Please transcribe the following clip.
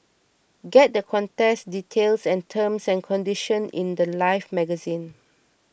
get the contest details and terms and conditions in the Life magazine